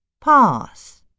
pass